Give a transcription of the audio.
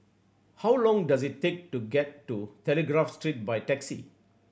how long does it take to get to Telegraph Street by taxi